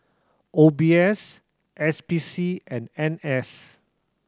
O B S S P C and N S